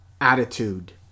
attitude